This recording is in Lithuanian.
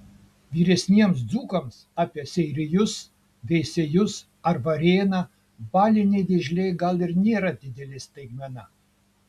vyresniems dzūkams apie seirijus veisiejus ar varėną baliniai vėžliai gal ir nėra didelė staigmena